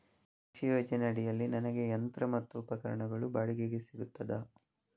ಕೃಷಿ ಯೋಜನೆ ಅಡಿಯಲ್ಲಿ ನನಗೆ ಯಂತ್ರ ಮತ್ತು ಉಪಕರಣಗಳು ಬಾಡಿಗೆಗೆ ಸಿಗುತ್ತದಾ?